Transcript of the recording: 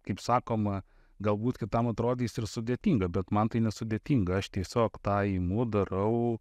kaip sakoma galbūt kitam atrodys ir sudėtinga bet man tai nesudėtinga aš tiesiog tą imu darau